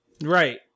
Right